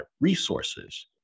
resources